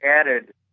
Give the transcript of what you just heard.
added